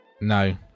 No